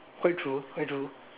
quite true quite true